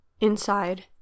Inside